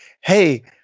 hey